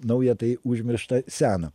nauja tai užmiršta sena